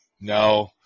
No